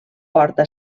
porta